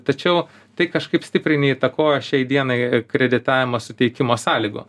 tačiau tai kažkaip stipriai neįtakoja šiai dienai kreditavimo suteikimo sąlygų